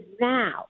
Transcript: now